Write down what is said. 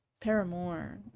Paramore